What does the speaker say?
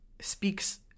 speaks